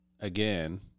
Again